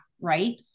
Right